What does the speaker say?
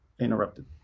interrupted